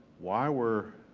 why were